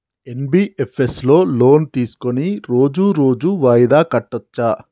NBFS లో loan తీస్కొని రోజు రోజు వాయిదా కట్టచ్ఛా?